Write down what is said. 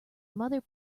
mother